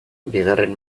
bigarren